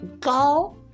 go